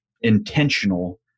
intentional